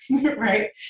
right